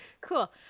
Cool